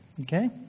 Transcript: Okay